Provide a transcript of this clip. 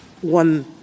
one